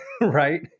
Right